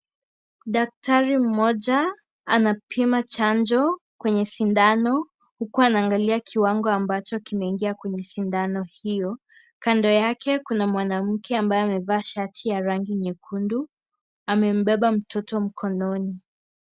Daktari mmoja anapima chanjo kwenye sindano, huku anaangalia kiwango ambacho kimeingia kwenye sindano hiyo. Kando yake kuna mwanamke ambaye amevaa shati ya rangi nyekundu, amembeba mtoto mkononi.